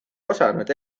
osanud